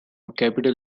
capital